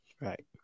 right